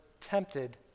tempted